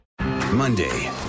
Monday